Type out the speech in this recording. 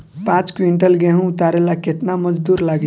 पांच किविंटल गेहूं उतारे ला केतना मजदूर लागी?